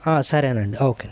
సరేనండి ఓకే